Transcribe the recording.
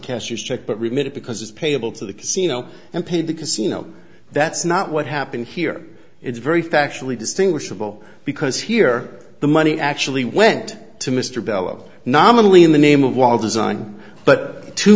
cashier's check but we made it because it's payable to the casino and paid the casino that's not what happened here it's very factually distinguishable because here the money actually went to mr bell of nominally in the name of wall design but to